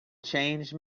changed